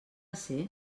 ser